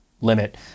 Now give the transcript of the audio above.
Limit